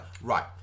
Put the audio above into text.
Right